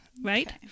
right